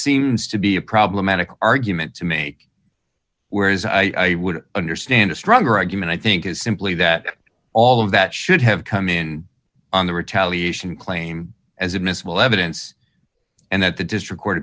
seems to be a problematic argument to make whereas i would understand a stronger argument i think is simply that all of that should have come in on the retaliation claim as admissible evidence and that th